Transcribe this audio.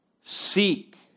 Seek